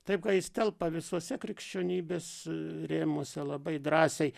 taip ką jis telpa visose krikščionybės rėmuose labai drąsiai